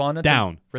down